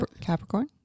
Capricorn